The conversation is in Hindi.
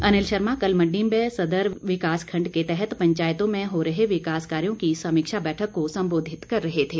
अनिल शर्मा कल मण्डी में सदर विकास खंड के तहत पंचायतों में हो रहे विकास कार्यों की समीक्षा बैठक को सम्बोधित कर रहे थे